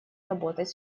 работать